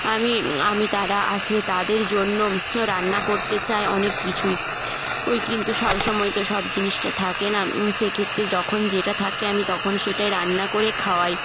আমি আমি তারা আসলে তাদের জন্য রান্না করতে চাই অনেক কিছুই ওই কিন্তু সব সময় তো সব জিনিসটা থাকে না সেক্ষেত্রে যখন যেটা থাকে আমি তখন সেটাই রান্না করে খাওয়াই